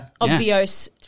Obvious